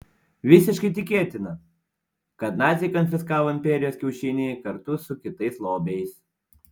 visiškai tikėtina kad naciai konfiskavo imperijos kiaušinį kartu su kitais lobiais